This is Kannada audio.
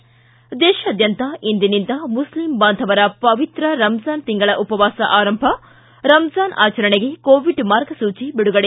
ದೇಶಾದ್ಯಂತ ಇಂದಿನಿಂದ ಮುಖ್ಲಂ ಬಾಂಧವರ ಪವಿತ್ರ ರಮಜಾನ್ ತಿಂಗಳ ಉಪವಾಸ ಆರಂಭ ರಮಜಾನ್ ಆಚರಣೆಗೆ ಕೋವಿಡ್ ಮಾರ್ಗಸೂಚಿ ಬಿಡುಗಡೆ